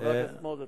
חבר הכנסת מוזס,